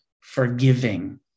forgiving